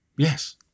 Yes